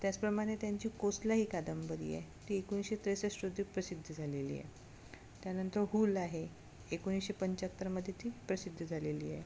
त्याचप्रमाणे त्यांची कोसला ही कादंबरी आहे ती एकोणीसशे त्रेसष्ट रोजी प्रसिद्ध झालेली आहे त्यानंतर हूल आहे एकोणीसशे पंच्यात्तरमध्ये ती प्रसिद्ध झालेली आहे